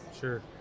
Sure